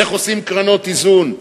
איך עושים קרנות איזון,